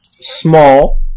small